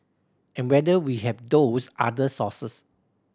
and whether we have those other sources